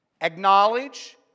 acknowledge